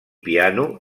piano